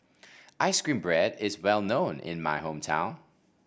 ice cream bread is well known in my hometown